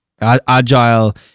agile